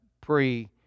pre